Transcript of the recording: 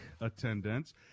attendance